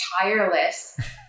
tireless